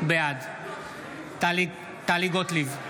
בעד טלי גוטליב,